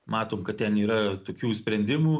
matom kad ten yra tokių sprendimų